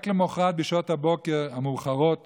רק למוחרת בשעות הבוקר המאוחרות